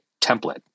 template